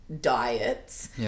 diets